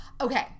Okay